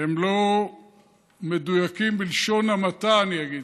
והן לא מדויקות, בלשון המעטה, אני אגיד.